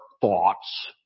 thoughts